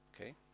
Okay